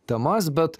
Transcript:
temas bet